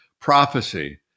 prophecy